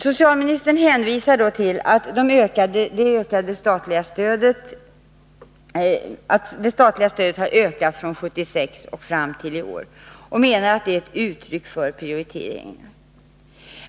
Socialministern hänvisar till att det statliga stödet har ökat från 1976 fram till i år och menar att det är ett uttryck för prioritering.